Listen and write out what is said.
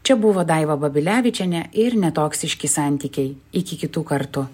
čia buvo daiva babilevičienė ir netoksiški santykiai iki kitų kartų